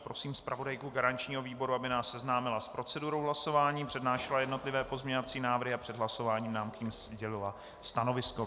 Prosím zpravodajku garančního výboru, aby nás seznámila s procedurou hlasování, přednášela jednotlivé pozměňovací návrhy a před hlasováním nám k nim sdělila stanovisko.